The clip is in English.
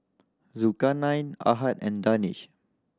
Zulkarnain Ahad and Danish